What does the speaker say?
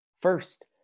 First